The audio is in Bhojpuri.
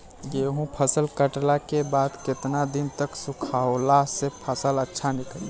गेंहू फसल कटला के बाद केतना दिन तक सुखावला से फसल अच्छा निकली?